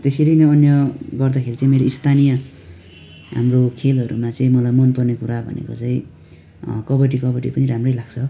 त्यसरी नै अन्य गर्दाखेरि चाहिँ मेरो स्थानीय हाम्रो खेलहरूमा चाहिँ मलाई मनपर्ने कुरा भनेको चाहिँ कबड्डी कबड्डी पनि राम्रै लाग्छ